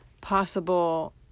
possible